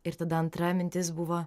ir tada antra mintis buvo